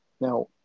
now